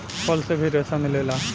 फल से भी रेसा मिलेला